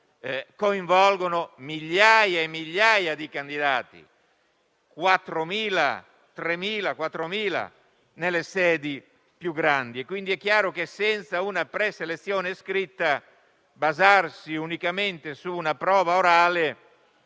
coinvolgono migliaia e migliaia di candidati (3.000-4.000, nelle sedi più grandi). È chiaro che, senza una preselezione scritta, basarsi unicamente su una prova orale